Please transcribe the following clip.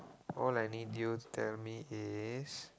all I need you to tell me is